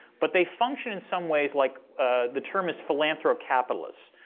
but they function in some ways like the term is philanthrocapitalists,